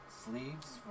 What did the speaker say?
sleeves